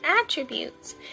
attributes